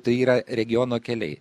tai yra regiono keliai